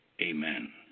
Amen